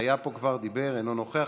היה פה כבר, דיבר, אינו נוכח.